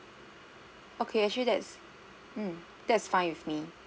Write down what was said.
okay actually that's mm that's fine with me